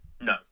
No